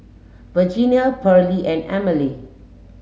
Virginia Pearley and Emilee